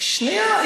שנייה.